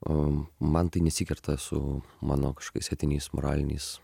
o man tai nesikerta su mano kažkokiais etiniais moraliniais